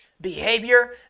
behavior